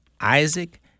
Isaac